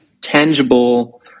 tangible